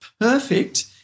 perfect